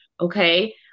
Okay